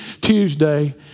Tuesday